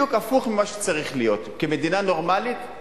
בדיוק הפוך ממה שצריך להיות במדינה נורמלית,